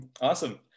awesome